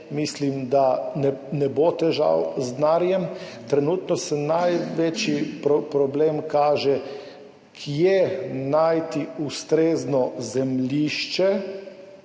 mislim, da ne bo težav z denarjem. Trenutno je največji problem, kje najti ustrezno zemljišče,